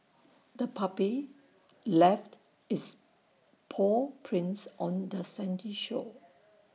the puppy left its paw prints on the sandy shore